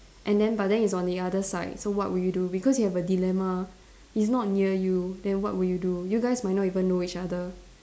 and then but then it's on the other side so what will you do because you have a dilemma it's not near you then what will you do you guys might not even know each other